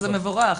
זה מבורך,